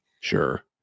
Sure